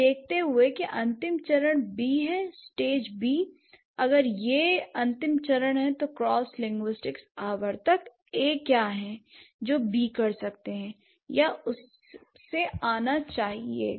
यह देखते हुए कि अंतिम चरण B है स्टेज बी अगर वह अंतिम चरण है तो क्रॉसिं लिंग्विस्टिक्स आवर्तक ए क्या हैं जो बी कर सकते हैं या उससे आना चाहिए